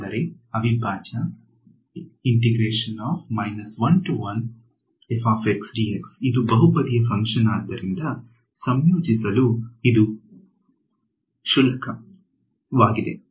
ಅಂದರೆ ಅವಿಭಾಜ್ಯ ಇದು ಬಹುಪದೀಯ ಫಂಕ್ಷನ್ ಆದ್ದರಿಂದ ಸಂಯೋಜಿಸಲು ಇದು ಕ್ಷುಲ್ಲಕವಾಗಿದೆ